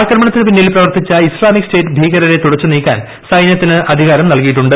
ആക്രമണത്തിന് പിന്നിൽ പ്രവർത്തിച്ച ഇസ്ലാമിക് സ്റ്റേറ്റ് ഭീകരരെ തുടച്ചു നീക്കാൻ സൈന്യത്തിന് അധികാരം നൽകിയിട്ടുണ്ട്